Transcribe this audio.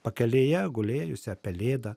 pakelėje gulėjusią pelėdą